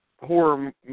horror